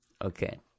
Okay